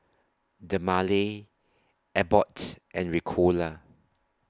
Dermale Abbott and Ricola